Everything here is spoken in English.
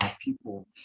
people